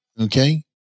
Okay